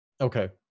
okay